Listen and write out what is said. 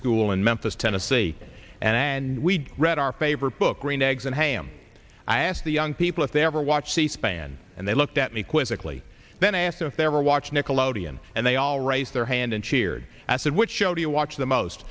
school in memphis tennessee and we read our favorite book green eggs and ham i asked the young people if they ever watch c span and they looked at me quizzically then asked if they ever watch nickelodeon and they all raise their hand and cheered as said what show do you watch the most